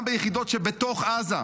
גם ביחידות שבתוך עזה.